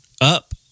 up